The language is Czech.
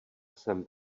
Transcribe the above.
jsem